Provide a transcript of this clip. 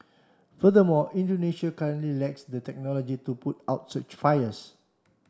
furthermore Indonesia currently lacks the technology to put out such fires